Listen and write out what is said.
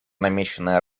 намеченной